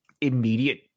immediate